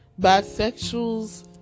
Bisexuals